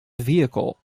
vehicle